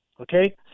Okay